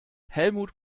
helmut